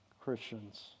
Christians